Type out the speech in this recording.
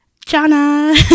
Jana